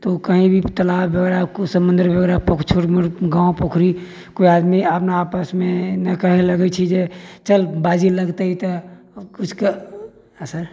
तऽ ओ कहीं भी तलाब बगेर कुछ समुन्दर बगेर पोखरि छोट मोट गाॅंव पोखरि कोइ आदमी अपना आपस मे न कहै लगै छै जे चल बाजी लगतै तऽ कुछ कऽ असर